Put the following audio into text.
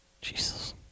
Jesus